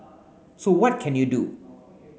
so what can you do